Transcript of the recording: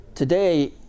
Today